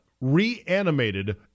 reanimated